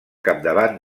capdavant